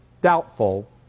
doubtful